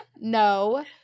No